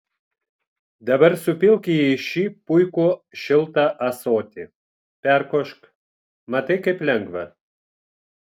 dabar supilk jį į šį puikų šiltą ąsotį perkošk matai kaip lengva